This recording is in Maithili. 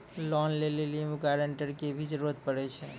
लोन लै लेली गारेंटर के भी जरूरी पड़ै छै?